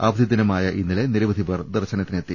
അവധി ദിനമായ ഇന്നലെ നിരവധി പേർ ദർശനത്തിനെത്തി